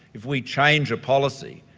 if we change a policy,